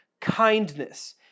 kindness